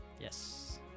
yes